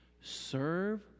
serve